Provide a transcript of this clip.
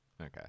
Okay